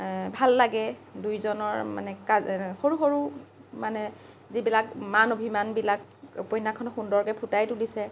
ভাল লাগে দুইজনৰ মানে কা সৰু সৰু মানে যিবিলাক মান অভিমানবিলাক উপন্যাসখনত সুন্দৰকৈ ফুটাই তুলিছে